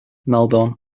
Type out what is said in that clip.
melbourne